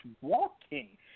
walking